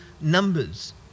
numbers